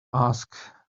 ask